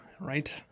Right